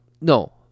no